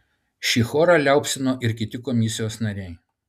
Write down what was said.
šį chorą liaupsino ir kiti komisijos nariai